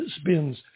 Spins